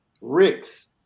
Ricks